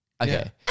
Okay